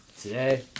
Today